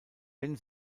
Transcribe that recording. denn